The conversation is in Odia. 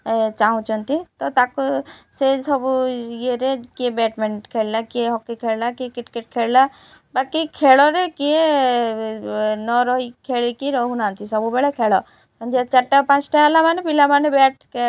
ଚାହୁଁଛନ୍ତି ତ ତାକୁ ସେ ସବୁ ଇଏରେ କିଏ ବ୍ୟାଟମିଟ ଖେଳିଲା କିଏ ହକି ଖେଳିଲା କିଏ କ୍ରିକେଟ ଖେଳିଲା ବାକି ଖେଳରେ କିଏ ନ ରହି ଖେଳିକି ରହୁନାହାଁନ୍ତି ସବୁବେଳେ ଖେଳ ସନ୍ଧ୍ୟା ଚାରିଟା ପାଞ୍ଚଟା ହେଲା ମାନେ ପିଲାମାନେ ବ୍ୟାଟ୍